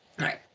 right